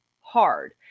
hard